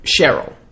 Cheryl